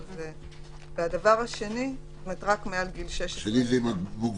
זאת אומרת שרק מעל גיל 16. והדבר השני --- שני זה עם מוגבלות.